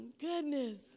goodness